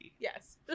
Yes